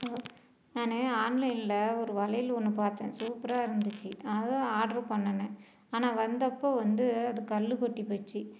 hello நான் ஆன்லைனில் ஒரு வளையல் ஒன்று பார்த்தேன் சூப்பராக இருந்துச்சு அதுவும் ஆட்ரு பண்ணினேன் ஆனால் வந்தப்போது வந்து அது கல் கொட்டி போச்சு